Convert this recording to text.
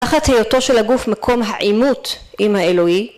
תחת היותו של הגוף מקום העימות עם האלוהי